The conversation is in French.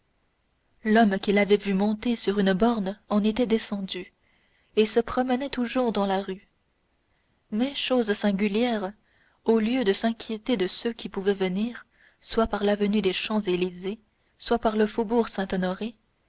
l'homme qu'il avait vu monter sur une borne en était descendu et se promenait toujours dans la rue mais chose singulière au lieu de s'inquiéter de ceux qui pouvaient venir soit par l'avenue des champs-élysées soit par le faubourg saint-honoré